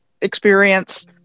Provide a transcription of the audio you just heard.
experience